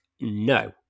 no